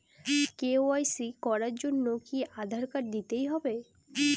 KYC করার জন্য কি আধার কার্ড দিতেই হবে?